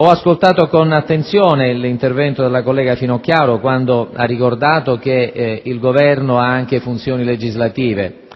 Ho ascoltato con attenzione l'intervento della collega Finocchiaro quando ha ricordato che il Governo ha anche funzioni legislative,